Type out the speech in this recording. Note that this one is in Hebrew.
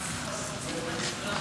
אדוני היושב-ראש,